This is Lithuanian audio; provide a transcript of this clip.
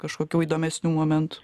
kažkokių įdomesnių momentų